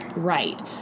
Right